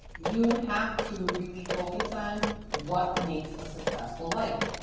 you have to really focus on what makes a successful life.